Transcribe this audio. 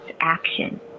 action